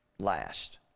Last